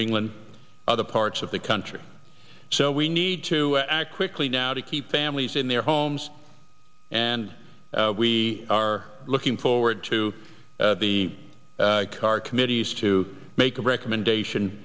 england other parts of the country so we need to act quickly now to keep families in their homes and we are looking forward to the car committees to make a recommendation